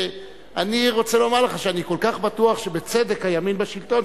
אני רוצה לומר לך שאני כל כך בטוח שבצדק הימין בשלטון,